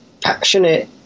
passionate